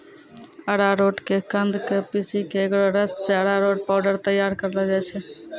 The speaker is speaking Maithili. अरारोट के कंद क पीसी क एकरो रस सॅ अरारोट पाउडर तैयार करलो जाय छै